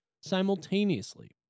simultaneously